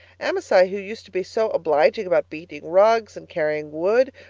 amasai, who used to be so obliging about beating rugs and carrying wood,